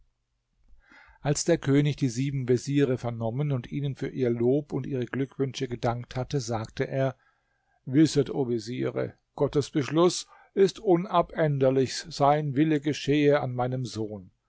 als der könig die sieben veziere vernommen und ihnen für ihr lob und ihre glückwünsche gedankt hatte sagte er wisset o veziere gottes beschluß ist unabänderlich sein wille geschehe an meinem sohn